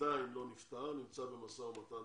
עדיין לא נפתר, נמצא במשא ומתן.